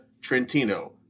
Trentino